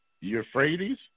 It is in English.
Euphrates